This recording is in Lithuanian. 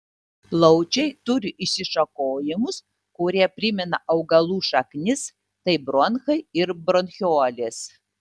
plaučiai turi išsišakojimus kurie primena augalų šaknis tai bronchai ir bronchiolės